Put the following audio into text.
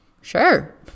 sure